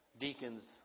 deacons